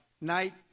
night